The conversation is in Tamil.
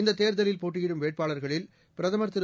இந்த தேர்தலில் போட்டியிடும் வேட்பாளர்களில் பிரதமர் திரு